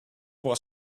was